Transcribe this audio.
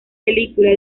película